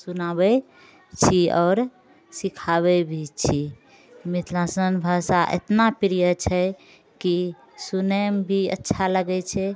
सुनाबै छी आओर सिखाबै भी छी मिथिला सन भाषा इतना प्रिय छै कि सुनैमे भी अच्छा लगै छै